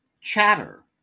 Chatter